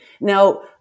Now